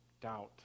doubt